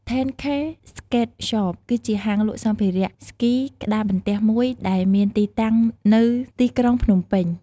ធេន ឃេ ស្កេត ហ្សប (10K Skatesshop) គឺជាហាងលក់សម្ភារៈស្គីក្ដារបន្ទះមួយដែលមានទីតាំងនៅទៅក្រុងភ្នំពេញ។